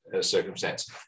circumstance